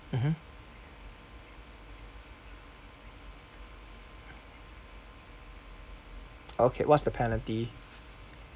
mmhmm okay what's the penalty